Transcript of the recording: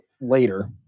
later